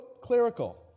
clerical